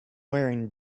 wearing